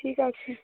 ঠিক আছে